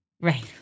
Right